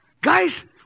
Guys